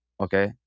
okay